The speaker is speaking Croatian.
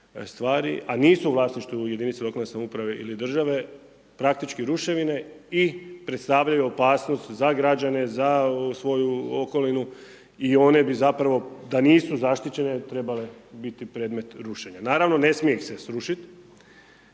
stvari, a nisu u vlasništvu jedinica lokalne samouprave i države, praktički ruševine i predstavljaju opasnost za građane, za svoju okolinu i one bi zapravo da nisu zaštićene trebale biti predmet rušenja. Naravno, ne smije ih se srušit,